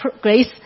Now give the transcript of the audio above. grace